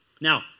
Now